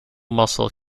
muscle